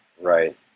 Right